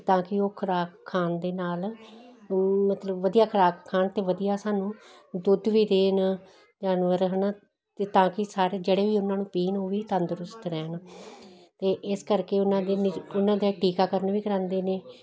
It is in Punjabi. ਕੀ ਤਾਂ ਕਿ ਉਹ ਖਰਾਬ ਖਾਣ ਦੇ ਨਾਲ ਮਤਲਬ ਵਧੀਆ ਖੁਰਾਕ ਖਾਣ ਤੇ ਵਧੀਆ ਸਾਨੂੰ ਦੁੱਧ ਵੀ ਦੇਣ ਜਾਨਵਰ ਹਨਾ ਤੇ ਤਾਂ ਕਿ ਸਾਰੇ ਜਿਹੜੇ ਵੀ ਉਹਨਾਂ ਨੂੰ ਪੀਣ ਉਹ ਵੀ ਤੰਦਰੁਸਤ ਰਹਿਣ ਤੇ ਇਸ ਕਰਕੇ ਉਹਨਾਂ ਦੀ ਉਹਨਾਂ ਦਾ ਟੀਕਾਕਰਨ ਵੀ ਕਰਾਉਂਦੇ ਨੇ